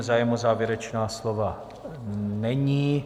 Zájem o závěrečná slova není.